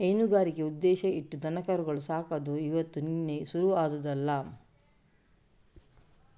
ಹೈನುಗಾರಿಕೆ ಉದ್ದೇಶ ಇಟ್ಟು ದನಕರು ಸಾಕುದು ಇವತ್ತು ನಿನ್ನೆ ಶುರು ಆದ್ದಲ್ಲ